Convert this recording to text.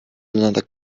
another